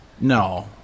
No